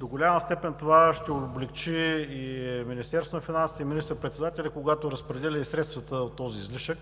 До голяма степен това ще облекчи и Министерството на финансите, и министър-председателя, когато разпределя средствата от този излишък,